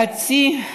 לדעתי,